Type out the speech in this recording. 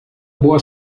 boa